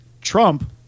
Trump